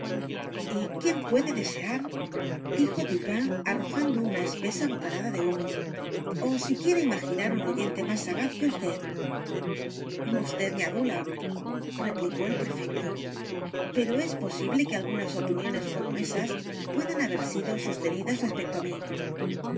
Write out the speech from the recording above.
y quién puede desear dijo dupin arrojando una espesa bocanada de humo ó siquiera imaginar un oyente más sagaz que vd vd me adula replicó el prefecto pero es posible que algunas opiniones como esas puedan haber sido sostenidas respecto á mí